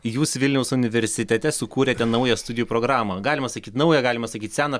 jūs vilniaus universitete sukūrėte naują studijų programą galima sakyt naują galima sakyt seną